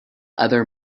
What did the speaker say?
other